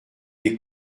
des